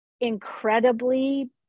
incredibly